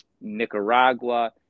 Nicaragua